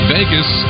Vegas